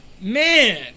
man